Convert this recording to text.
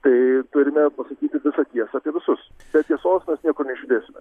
tai turime pasakyti visą tiesą apie visus be tiesos mes niekur neišjudėsime